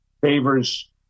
favors